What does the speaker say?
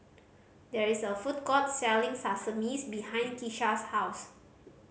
there is a food court selling Sashimi behind Kisha's house